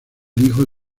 hijo